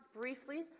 briefly